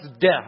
death